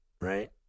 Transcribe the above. right